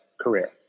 career